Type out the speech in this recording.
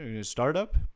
Startup